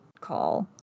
call